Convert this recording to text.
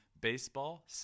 baseball